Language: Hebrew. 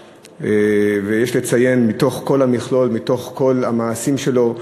יש לציין מתוך כל המכלול, מתוך כל המעשים שלו,